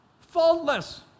faultless